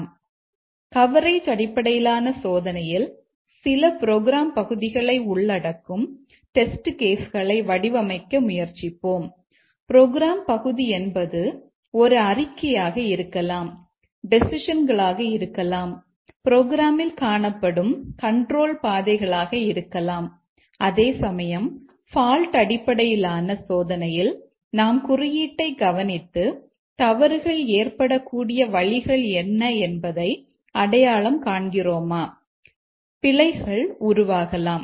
எனவே கவரேஜ் அடிப்படையிலான சோதனையில் சில ப்ரோக்ராம் பகுதிகளை உள்ளடக்கும் டெஸ்ட் கேஸ்களை வடிவமைக்க முயற்சிப்போம் ப்ரோக்ராம் பகுதி என்பது ஒரு அறிக்கையாக இருக்கலாம் டெசிஷன்களாக இருக்கலாம் புரோகிராமில் காணப்படும் கண்ட்ரோல் பாதைகளாக இருக்கலாம்